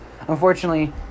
Unfortunately